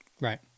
right